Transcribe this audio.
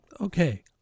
Okay